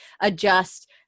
adjust